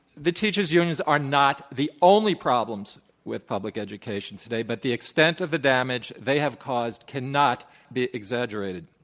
the teachers unions are not the only problems with public education today, but the extent of the damage they have caused cannot be exaggerated.